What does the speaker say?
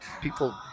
people